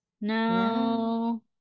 no